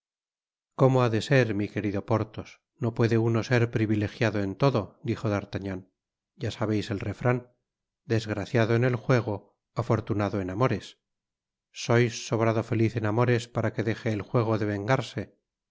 como ha de ser mi querido porthos no puede uno ser privilejiado en todo jijo d'artagnan ya sabeis el refran desgraciado en el juego afortunado en amores sois sobrado feliz en amores para que deje el juego de vengarse